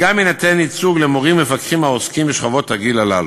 וגם יינתן ייצוג למורים ומפקחים העוסקים בשכבות הגיל הללו.